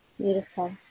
Beautiful